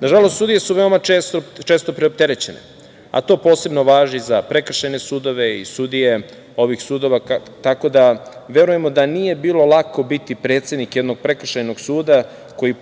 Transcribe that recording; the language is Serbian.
Nažalost, sudije su veoma često preopterećene, a to posebno važi za prekršajne sudove i sudije ovih sudova, tako da verujemo da nije bilo lako biti predsednik jednog prekršajnog suda kojih,